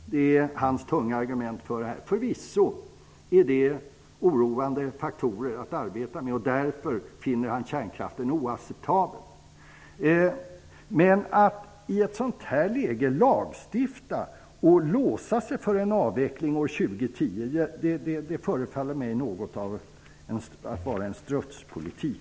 Det är hans tunga argument. Därför finner han att kärnkraften är oacceptabel. Detta är förvisso oroande frågor som man skall arbeta med, men att i ett sådant här läge lagstifta om och låsa sig för en avveckling år 2010 förefaller mig vara en strutspolitik.